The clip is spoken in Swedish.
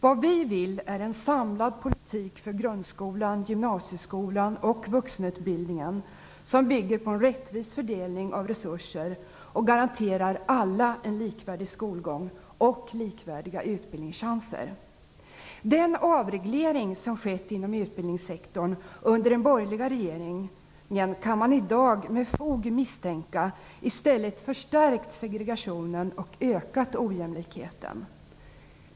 Vad vi vill ha är en samlad politik för grundskolan, gymnasieskolan och vuxenutbildningen, som bygger på en rättvis fördelning av resurser och garanterar alla en likvärdig skolgång och likvärdiga utbildningschanser. Den avreglering som skett inom utbildningssektorn under den borgerliga regeringen kan man i dag med fog misstänka i stället har förstärkt segregationen och ökat ojämlikheten.